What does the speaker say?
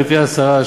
גברתי השרה,